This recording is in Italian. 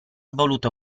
voluto